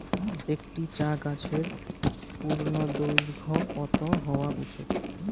একটি চা গাছের পূর্ণদৈর্ঘ্য কত হওয়া উচিৎ?